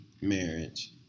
marriage